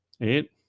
eight